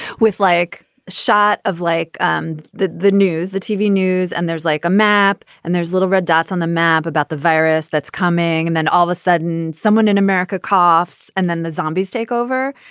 with like a shot of like um the the news, the tv news. and there's like a map and there's little red dots on the map about the virus that's coming. and then all of a sudden someone in america coughs and then the zombies take over.